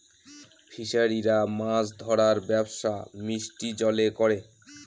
ফিসারিরা মাছ ধরার ব্যবসা মিষ্টি জলে করে